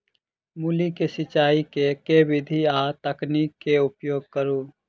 मूली केँ सिचाई केँ के विधि आ तकनीक केँ उपयोग करू?